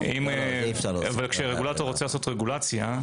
כשרגולטור רוצה להביא רגולציה,